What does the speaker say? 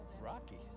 rocky